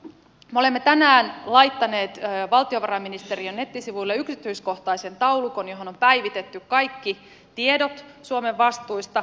me olemme tänään laittaneet valtiovarainministeriön nettisivuille yksityiskohtaisen taulukon johon on päivitetty kaikki tiedot suomen vastuista